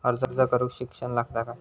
अर्ज करूक शिक्षण लागता काय?